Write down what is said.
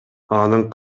анын